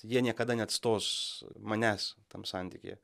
jie niekada neatstos manęs tam santykyje